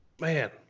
man